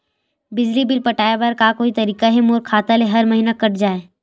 बिजली बिल पटाय बर का कोई तरीका हे मोर खाता ले हर महीना कट जाय?